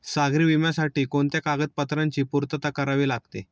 सागरी विम्यासाठी कोणत्या कागदपत्रांची पूर्तता करावी लागते?